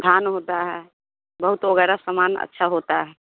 धान होता है बहुत वगैरह सामान अच्छा होता है